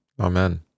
Amen